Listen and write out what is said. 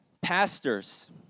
Pastors